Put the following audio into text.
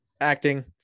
acting